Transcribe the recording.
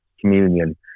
communion